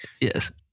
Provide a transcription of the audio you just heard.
Yes